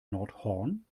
nordhorn